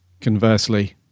conversely